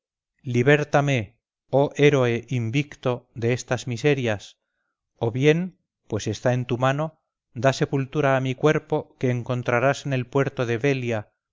oh héroe invicto de estas miserias o bien pues está en tu mano da sepultura a mi cuerpo que encontrarás en el puerto de velia